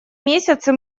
месяцы